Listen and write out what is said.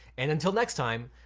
and until next time,